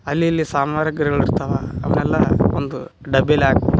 ಅಲ್ಲಿ ಇಲ್ಲಿ ಸಾಮಾಗ್ರಿಗಳು ಇರ್ತವೆ ಅವನ್ನೆಲ್ಲ ಒಂದು ಡಬ್ಬಿಲಿ ಹಾಕ್